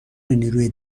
نیروی